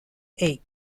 ache